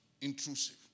Intrusive